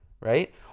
right